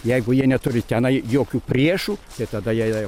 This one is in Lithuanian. jeigu jie neturi tenai jokių priešų tai tada jie